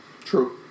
True